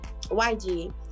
yg